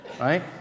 right